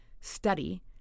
study